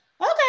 okay